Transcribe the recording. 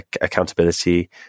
accountability